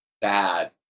bad